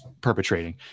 perpetrating